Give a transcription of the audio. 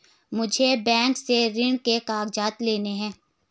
मुझे बैंक से ऋण के कागजात लाने हैं